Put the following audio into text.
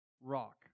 rock